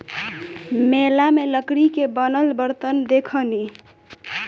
मेला में लकड़ी के बनल बरतन देखनी